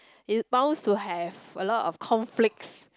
it bounce to have a lot of conflicts